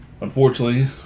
unfortunately